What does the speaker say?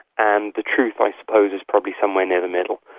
and the truth i suppose is probably somewhere near the middle.